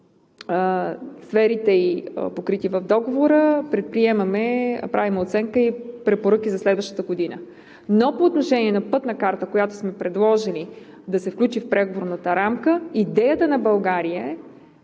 сферите, покрити в Договора, предприемаме и правим оценка и препоръки за следващата година. Но по отношение на пътна карта, която сме предложили да се включи в Преговорната рамка, идеята на България е